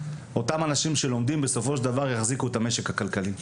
אותם אנשים שלומדים בסופו של דבר יחזיקו את המשק הכלכלי.